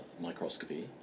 microscopy